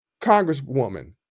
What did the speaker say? congresswoman